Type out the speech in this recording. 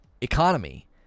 economy